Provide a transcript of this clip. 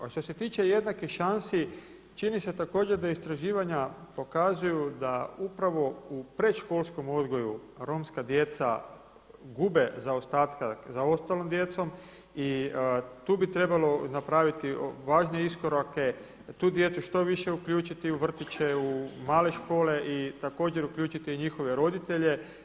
A što se tiče jednakih šansi, čini se također da istraživanja pokazuju da upravo u predškolskom odgoju romska djeca gube zaostatke za ostalom djecom i tu bi trebalo napraviti važnije iskorake, tu djecu što više uključiti u vrtiće, u male škole i također uključiti i njihove roditelje.